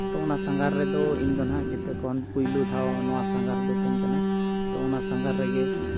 ᱛᱳ ᱚᱱᱟ ᱥᱟᱸᱜᱷᱟᱨ ᱨᱮᱫᱚ ᱤᱧᱫᱚ ᱦᱟᱸᱜ ᱡᱮᱛᱮ ᱠᱷᱚᱱ ᱯᱳᱭᱞᱳ ᱫᱷᱟᱣ ᱱᱚᱣᱟ ᱥᱟᱸᱜᱷᱟᱨ ᱫᱚ ᱛᱤᱧ ᱠᱟᱱᱟ ᱛᱳ ᱚᱱᱟ ᱥᱟᱸᱜᱷᱟᱨ ᱨᱮᱜᱮ